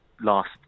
last